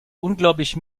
unglaublich